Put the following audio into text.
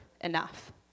enough